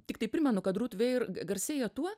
tiktai primenu kad rut veir garsėja tuo